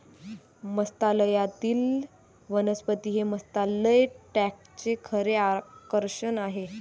मत्स्यालयातील वनस्पती हे मत्स्यालय टँकचे खरे आकर्षण आहे